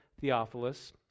Theophilus